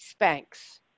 Spanx